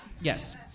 Yes